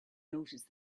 noticed